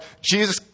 Jesus